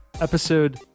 episode